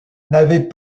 n’avait